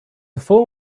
full